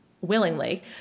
willingly